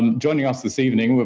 and joining us this evening, but